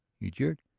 he jeered.